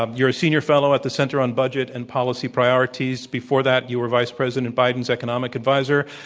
ah you're a senior fellow at the center on budget and policy priorities. before that, you were vice president biden's economic adviser.